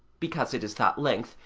because it is that length,